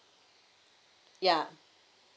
ya